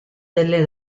delle